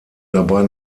dabei